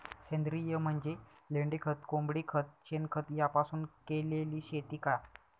सेंद्रिय म्हणजे लेंडीखत, कोंबडीखत, शेणखत यापासून केलेली शेती का?